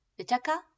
Vitaka